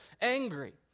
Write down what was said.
angry